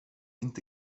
inte